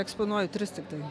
eksponuoju tris tiktai